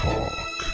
Talk